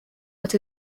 but